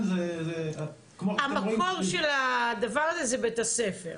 זה כמו שאתם רואים --- המקור של הדבר הזה זה בית הספר.